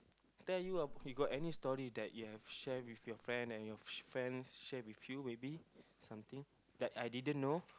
tell you ah you got any story that you have share with your friend and your friend share with you maybe something that I didn't know